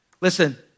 Listen